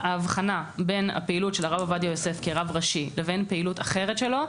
ההבחנה בין הפעילות של הרב עובדיה יוסף כרב ראשי לבין פעילות אחרת שלו,